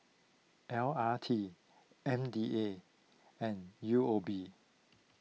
L R T M D A and U O B